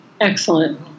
Excellent